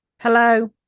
Hello